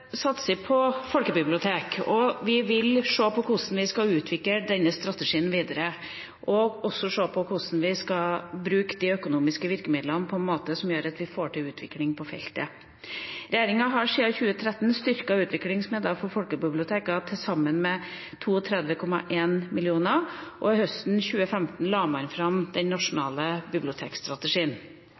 på folkebibliotek, og vi vil se på hvordan vi skal utvikle denne strategien videre, og hvordan vi skal bruke de økonomiske virkemidlene på en måte som gjør at vi får til en utvikling på feltet. Regjeringa har siden 2013 styrket utviklingsmidlene for folkebibliotekene med til sammen 32,1 mill. kr, og høsten 2015 la man fram den nasjonale bibliotekstrategien.